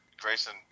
Grayson